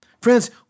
Friends